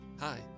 Hi